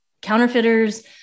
counterfeiters